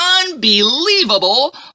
Unbelievable